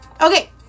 Okay